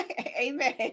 Amen